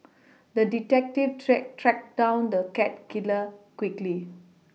the detective tracked tracked down the cat killer quickly